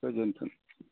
गोजोनथों